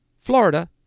Florida